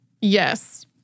Yes